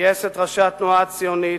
גייס את ראשי התנועה הציונית,